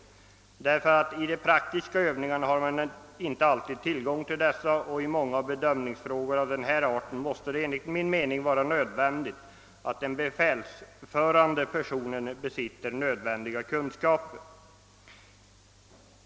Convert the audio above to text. I de praktiska övningarna har man inte alltid tillgång till dessa sjukvårdare, och i många bedömningsfrågor av denna art måste det enligt min mening vara nödvändigt att den befälsförande personen besitter nödvändiga kunskaper.